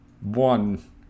one